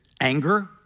anger